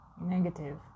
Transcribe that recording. negative